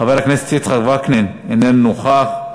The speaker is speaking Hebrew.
חבר הכנסת יצחק וקנין, איננו נוכח.